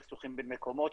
סכסוכים בין מקומות,